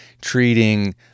treating